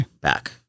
back